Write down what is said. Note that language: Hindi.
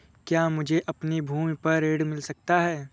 क्या मुझे अपनी भूमि पर ऋण मिल सकता है?